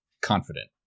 confident